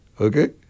okay